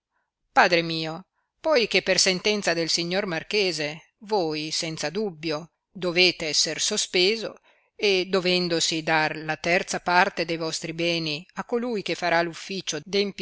padre mio poi che per sentenza del signor marchese voi senza dubbio dovete esser sospeso e dovendosi dar la terza parte de'vostri beni a colui che farà l ufficio